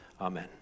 Amen